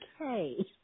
okay